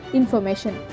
information